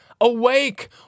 awake